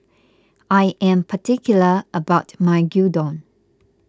I am particular about my Gyudon